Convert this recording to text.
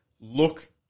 look